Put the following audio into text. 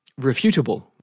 refutable